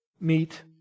meet